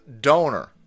donor